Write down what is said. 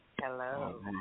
Hello